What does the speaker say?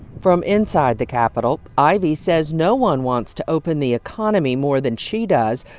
from inside the capitol, ivey says no one wants to open the economy more than she does,